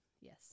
Yes